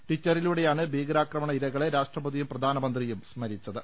ടിറ്ററിലൂടെയാണ് ഭീകരാക്രമണ ഇരകളെ രാഷ്ട്രപതിയും പ്രധാനമന്ത്രിയും സ്മരിച്ചത്